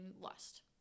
lust